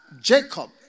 Jacob